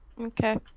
Okay